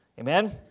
Amen